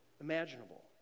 imaginable